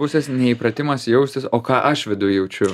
pusės neįpratimas jaustis o ką aš viduj jaučiu